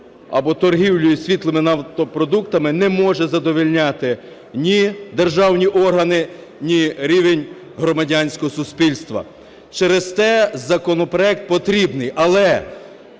або торгівлі світлими нафтопродуктами не може задовольняти ні державні органи, ні рівень громадянського суспільства. Через те законопроект потрібний. Але